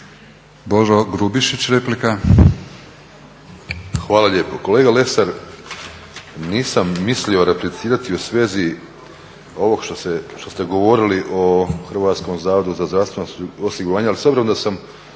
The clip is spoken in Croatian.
**Grubišić, Boro (HDSSB)** Hvala lijepa. Kolega Lesar, nisam mislio replicirati u svezi ovog što ste govorili o Hrvatskom zavodu za zdravstveno osiguranje, ali s obzirom da sam